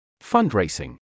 Fundraising